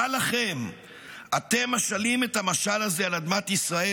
מה לכם אתם מֹשלים את המשל הזה על אדמת ישראל